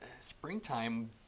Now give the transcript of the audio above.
springtime